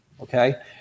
Okay